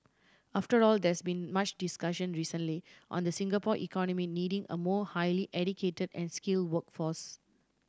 after all there has been much discussion recently on the Singapore economy needing a more highly educate and skill workforce